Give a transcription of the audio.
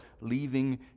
leaving